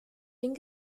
den